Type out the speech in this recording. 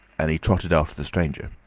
and he trotted after the stranger.